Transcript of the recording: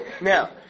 Now